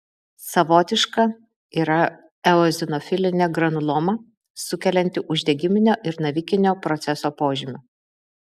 savotiška yra eozinofilinė granuloma sukelianti uždegiminio ir navikinio proceso požymių